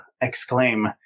exclaim